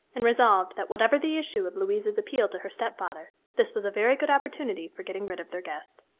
and resolved that, whatever the issue of louise's appeal to her stepfather, this was a very good opportunity for getting rid of their guest.